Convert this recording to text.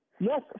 Yes